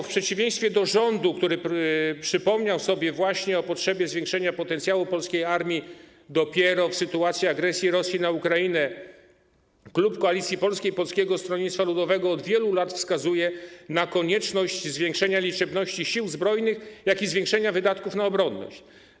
W przeciwieństwie do rządu, który przypomniał sobie o potrzebie zwiększenia potencjału polskiej armii dopiero w sytuacji agresji Rosji na Ukrainę, klub Koalicji Polskiej - Polskiego Stronnictwa Ludowego od wielu lat wskazuje na konieczność zwiększenia liczebności sił zbrojnych i zwiększenia wydatków na obronność.